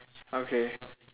okay